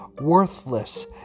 worthless